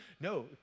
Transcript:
no